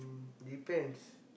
depends